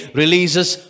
releases